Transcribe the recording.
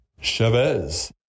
Chavez